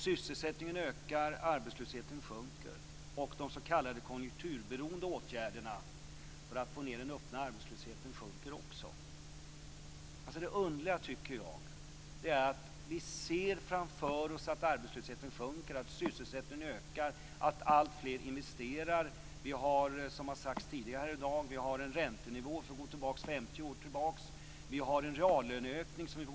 Sysselsättningen ökar, arbetslösheten sjunker och de s.k. konjunkturberoende åtgärderna för att få ned den öppna arbetslösheten sjunker också. Det underliga tycker jag är detta: Vi ser framför oss att arbetslösheten sjunker, att sysselsättningen ökar och att alltfler investerar. Vi måste, som sagts tidigare här i dag, gå tillbaka 50 år för att hitta en räntenivå som dagens och 20 år för att hitta en reallöneökning som dagens.